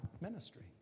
ministry